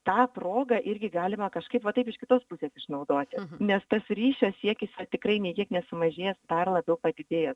tą progą irgi galima kažkaip va taip iš kitos pusės išnaudoti nes tas ryšio siekis na tikrai nė kiek nesumažėjęs dar labiau padidėjęs